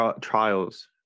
trials